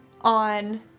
on